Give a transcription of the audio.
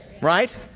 right